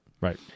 Right